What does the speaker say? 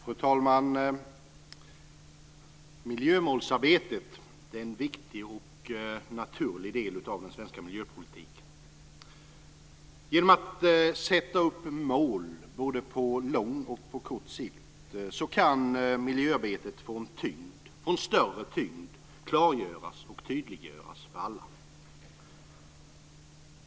Fru talman! Miljömålsarbetet är en viktig och naturlig del av den svenska miljöpolitiken. Genom att sätta upp mål både på lång och på kort sikt kan miljöarbetet få en större tyngd, klargöras och tydliggöras för alla.